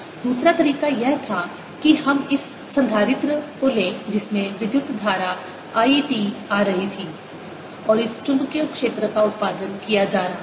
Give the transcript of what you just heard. दूसरा तरीका यह था कि हम इस संधारित्र को लें जिसमें विद्युत धारा I t आ रही थी और इस चुंबकीय क्षेत्र का उत्पादन किया जा रहा था